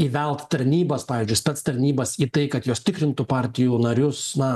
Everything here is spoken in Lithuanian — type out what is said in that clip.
įvelt tarnybas pavyzdžiui spectarnybas į tai kad jos tikrintų partijų narius na